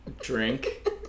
drink